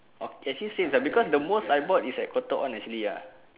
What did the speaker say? okay seem same lah because the most I bought is at Cotton On actually ya